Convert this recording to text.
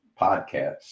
podcasts